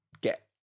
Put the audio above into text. get